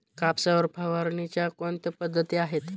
कापसावर फवारणीच्या कोणत्या पद्धती आहेत?